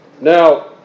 Now